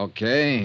Okay